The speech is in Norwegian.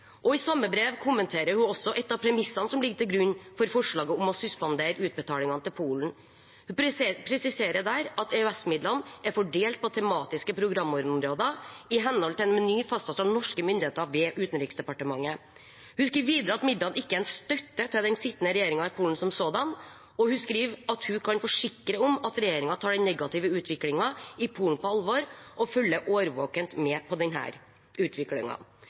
I samme brev kommenterer hun også et av premissene som ligger til grunn for forslaget om å suspendere utbetalingene til Polen. Hun presiserer der at EØS-midlene er fordelt på tematiske programområder i henhold til en meny fastsatt av norske myndigheter ved Utenriksdepartementet. Hun skriver videre at midlene ikke er en støtte til den sittende regjeringen i Polen som sådan, og hun skriver at hun kan forsikre om at regjeringen tar den negative utviklingen i Polen på alvor og følger årvåkent med på den.